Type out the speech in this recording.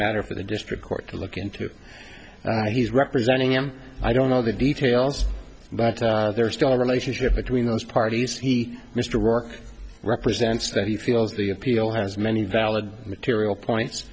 matter for the district court to look into he's representing him i don't know the details but there are still a relationship between those parties he mr roark represents that he feels the appeal has many valid material points